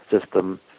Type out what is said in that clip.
system